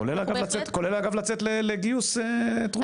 כולל, אגב, לצאת לגיוס תרומות.